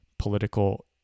political